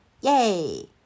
Yay